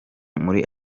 muri